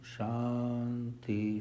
Shanti